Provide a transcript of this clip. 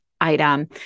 item